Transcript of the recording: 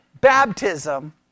baptism